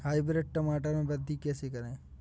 Hybrid टमाटर में वृद्धि कैसे करें?